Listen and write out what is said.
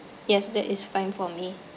yes that is fine for me